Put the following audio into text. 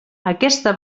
aquesta